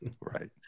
right